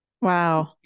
Wow